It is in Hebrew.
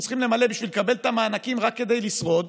צריכים למלא בשביל לקבל את המענקים רק כדי לשרוד,